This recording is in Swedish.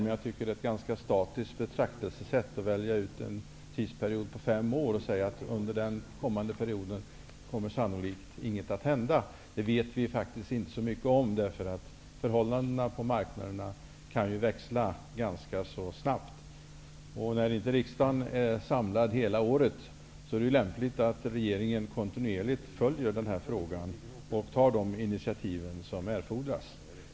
Men jag tycker att det är ett ganska statiskt betraktelsesätt att välja ut en tidsperiod på fem år och säga att ingenting sannolikt kommer att hända under den kommande perioden. Det vet vi faktiskt inte så mycket om, därför att förhållandena på marknaderna ju kan växla ganska snabbt. Eftersom riksdagen inte är samlad hela året, är det lämpligt att regeringen kontinuerligt följer denna fråga och tar de initiativ som erfordras.